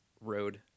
road